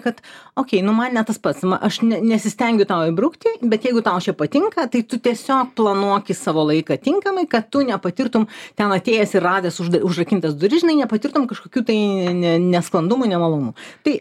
kad okei nu man ne tas pats aš ne nesistengiu tau įbrukti bet jeigu tau čia patinka tai tu tiesiog planuokis savo laiką tinkamai kad tu nepatirtum ten atėjęs ir radęs užd užrakintas duris žinai nepatirtum kažkokių tai ne nesklandumų nemalonumų tai